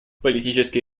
политические